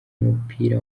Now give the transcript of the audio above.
w’umupira